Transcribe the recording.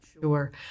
Sure